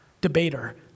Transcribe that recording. debater